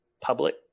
public